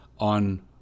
On